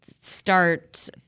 start